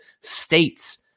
states